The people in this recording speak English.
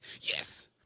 Yes